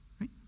right